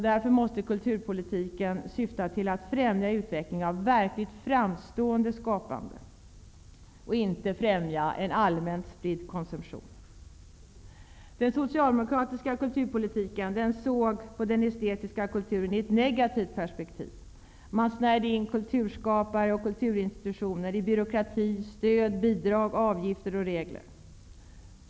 Därför måste kulturpolitiken syfta till att främja utveckling av verkligt framstående skapande och inte främja en allmänt spridd konsumtion. Den socialdemokratiska kulturpolitiken såg på den estetiska kulturen i ett negativt perspektiv. Man snärjde in kulturskapare och kulturinstitutioner i byråkrati, stöd, bidrag, avgifter och regler.